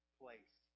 place